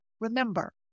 remember